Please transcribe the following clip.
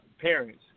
parents